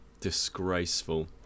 disgraceful